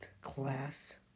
class